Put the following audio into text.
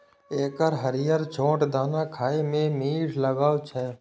एकर हरियर छोट दाना खाए मे मीठ लागै छै